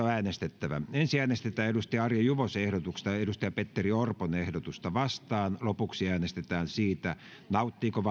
äänestettävä ensin äänestetään arja juvosen ehdotuksesta petteri orpon ehdotusta vastaan lopuksi äänestetään siitä nauttiiko